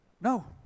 No